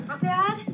Dad